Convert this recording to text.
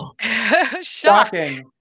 Shocking